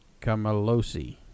Camalosi